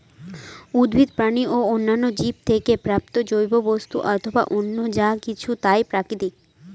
উদ্ভিদ, প্রাণী ও অন্যান্য জীব থেকে প্রাপ্ত জৈব বস্তু অথবা অন্য যা কিছু তাই প্রাকৃতিক